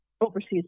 overseas